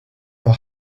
for